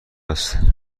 است